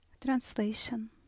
translation